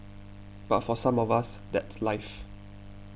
but for some of us that's life